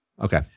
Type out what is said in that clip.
Okay